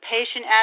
Patient